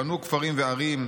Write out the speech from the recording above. בנו כפרים וערים,